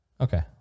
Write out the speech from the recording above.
Okay